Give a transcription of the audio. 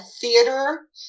theater